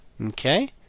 Okay